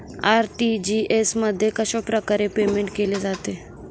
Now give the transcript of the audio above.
RTGS मध्ये कशाप्रकारे payment केले जाते?